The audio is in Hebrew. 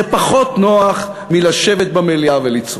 זה פחות נוח מלשבת במליאה ולצעוק.